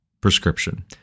prescription